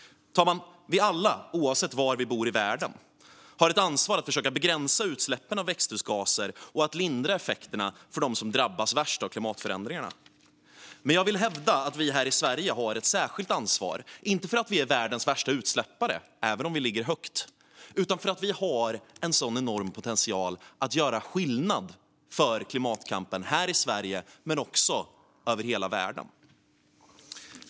Vi alla, oavsett var vi bor i världen, har ett ansvar för att försöka begränsa utsläppen av växthusgaser och lindra effekterna för dem som drabbas värst av klimatförändringarna. Men jag vill hävda att vi här i Sverige har ett särskilt ansvar, inte för att vi är världens värsta utsläppare, även om vi ligger högt, utan för att vi har en enorm potential att göra skillnad för klimatkampen här i Sverige och också över hela världen.